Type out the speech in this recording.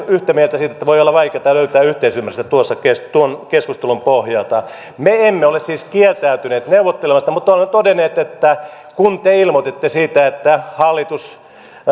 yhtä mieltä siitä että voi olla vaikeata löytää yhteisymmärrystä tuon keskustelun pohjalta me emme ole siis kieltäytyneet neuvottelemasta mutta olemme todenneet kun te ilmoititte siitä että hallitus